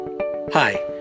Hi